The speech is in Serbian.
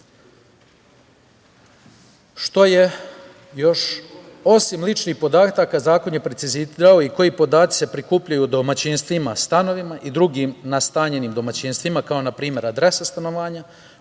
što je još osim ličnih podataka zakon je precizirao i koji podaci se prikupljaju u domaćinstvima, stanovima i drugim nastanjenim domaćinstvima kao npr. adresa stanovanja,